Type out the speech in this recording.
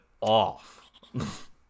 off